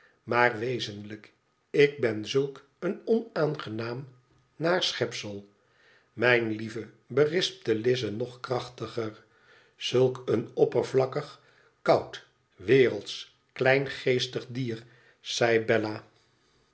maar wezelijk ik ben zulk een onaangenaam naar schepsel mijn lieve berispte lize nog krachtiger zulk een oppervlakkig koud wereldsch kleingeestig dier zei bella